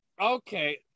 okay